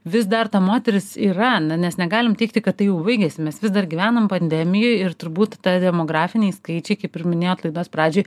vis dar ta moteris yra na nes negalim teigti kad tai jau baigėsi mes vis dar gyvenam pandemijoj ir turbūt ta demografiniai skaičiai kaip ir minėjot laidos pradžioj